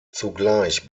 zugleich